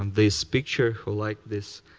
and this picture, who like this,